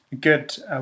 good